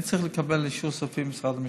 אני צריך לקבל אישור סופי ממשרד המשפטים.